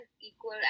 equal